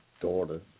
daughter